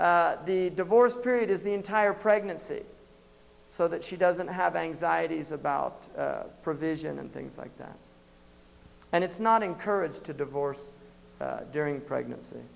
the divorce period is the entire pregnancy so that she doesn't have anxieties about provision and things like that and it's not encouraged to divorce during pregnancy